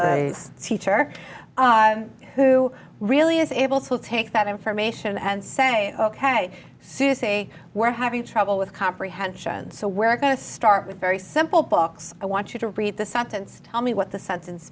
a teacher who really is able to take that information and say ok sue say we're having trouble with comprehension so we're going to start with very simple books i want you to read the sentence tell me what the sentence